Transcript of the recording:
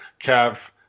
Kev